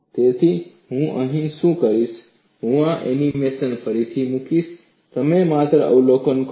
તેથી હવે હું શું કરીશ હું આ એનિમેશન ફરીથી મૂકીશ તમે માત્ર અવલોકન કરો